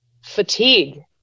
fatigue